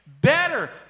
better